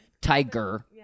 tiger